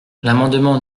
l’amendement